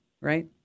Right